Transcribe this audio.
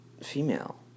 female